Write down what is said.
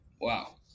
Wow